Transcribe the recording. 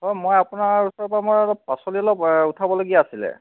অ' মই আপোনাৰ ওচৰৰ পৰা মই অলপ পাচলি অলপ উঠাবলগীয়া আছিলে